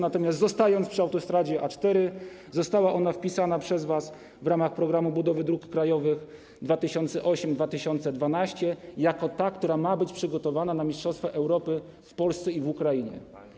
Natomiast zostając przy autostradzie A4, chcę powiedzieć, że została ona wpisana przez was w ramach „Programu budowy dróg krajowych na lata 2008-2012” jako ta, która ma być przygotowana na mistrzostwa Europy w Polsce i na Ukrainie.